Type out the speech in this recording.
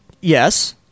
yes